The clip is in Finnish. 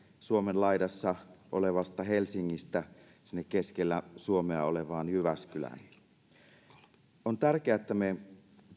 suomen laidassa olevasta helsingistä sinne keskellä suomea olevaan jyväskylään on tärkeää että me